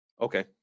Okay